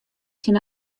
tsjin